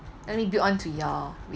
let me be on to your